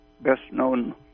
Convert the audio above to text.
best-known